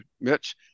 Mitch